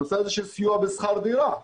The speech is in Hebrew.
הנושא של סיוע בשכר דירה.